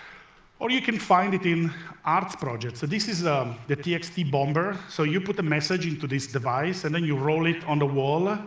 or you can find it in arts projects. so this is um the txtbomber. so you put a message into this device and then you roll it on the wall,